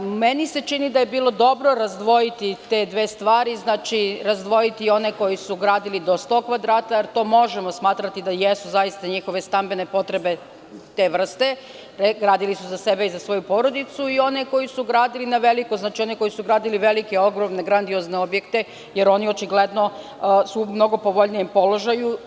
Meni se čini da je bilo dobro razdvojiti te dve stvari, znači, razdvojiti one koji su gradili do 100 kvadrata, jer to možemo smatrati da jesu zaista njihove stambene potrebe te vrste, gradili su za sebe i za svoju porodicu i one koji su gradili na veliko, koji su gradili velike, ogromne, grandiozne objekte, jer su oni očigledno u mnogo povoljnijem položaju.